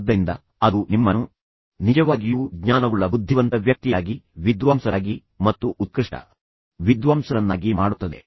ಆದ್ದರಿಂದ ಅದು ನಿಮ್ಮನ್ನು ನಿಜವಾಗಿಯೂ ಜ್ಞಾನವುಳ್ಳ ಬುದ್ಧಿವಂತ ವ್ಯಕ್ತಿಯಾಗಿ ವಿದ್ವಾಂಸರಾಗಿ ಮತ್ತು ಉತ್ಕೃಷ್ಟ ವಿದ್ವಾಂಸರನ್ನಾಗಿ ಮಾಡುತ್ತದೆ